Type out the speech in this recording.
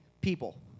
people